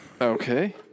Okay